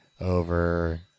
over